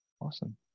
awesome